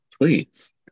please